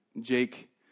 Jake